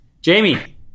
Jamie